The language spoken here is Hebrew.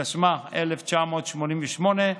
התשמ"ח 1988,